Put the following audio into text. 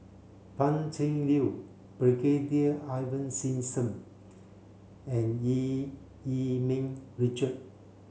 Pan Cheng Lui Brigadier Ivan Simson and Eu Yee Ming Richard